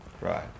right